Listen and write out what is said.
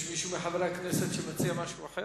יש מישהו מחברי הכנסת שמציע משהו אחר.